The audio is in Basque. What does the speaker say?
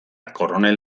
koronel